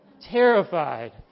Terrified